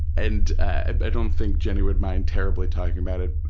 and i don't think jenny would mind terribly talking about it,